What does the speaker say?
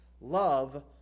love